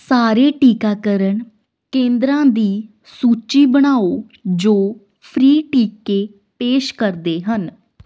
ਸਾਰੇ ਟੀਕਾਕਰਨ ਕੇਂਦਰਾਂ ਦੀ ਸੂਚੀ ਬਣਾਓ ਜੋ ਫ੍ਰੀ ਟੀਕੇ ਪੇਸ਼ ਕਰਦੇ ਹਨ